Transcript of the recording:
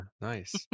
nice